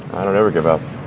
i don't ever give up.